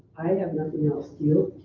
i have nothing else, do